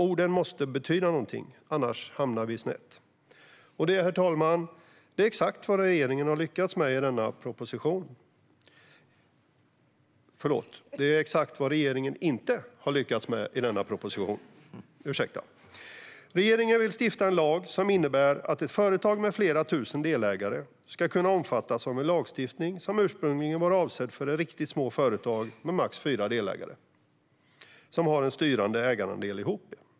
Orden måste betyda något - annars hamnar vi snett, vilket är exakt vad regeringen har gjort i denna proposition. Regeringen vill stifta en lag som innebär att ett företag med flera tusen delägare ska kunna omfattas av en lagstiftning som ursprungligen var avsedd för riktigt små företag med max fyra delägare som har en styrande ägarandel ihop.